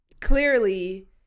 clearly